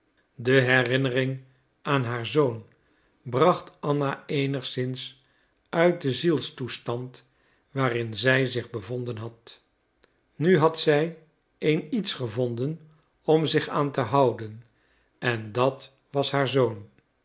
de herinnering aan haar zoon bracht anna eenigszins uit den zielstoestand waarin zij zich bevonden had nu had zij een iets gevonden om zich aan te houden en dat was haar zoon